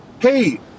hey